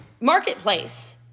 marketplace